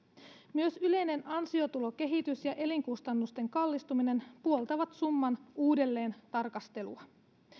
myös yleinen ansiotulokehitys ja elinkustannusten kallistuminen puoltavat summan uudelleentarkastelua